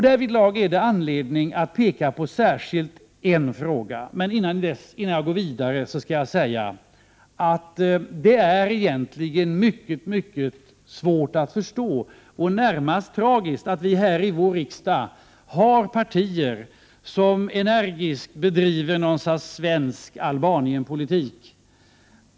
Därvidlag finns det anledning att peka på särskilt en fråga. Men dessförinnan skall jag säga att det egentligen är mycket svårt att förstå och närmast tragiskt att vi i vår riksdag har partier som energiskt bedriver något slag av svensk Albanienpolitik.